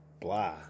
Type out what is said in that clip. blah